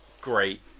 great